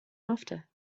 after